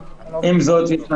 גם אם הוא